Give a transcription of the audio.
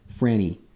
Franny